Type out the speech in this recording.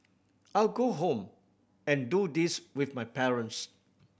I'll go home and do this with my parents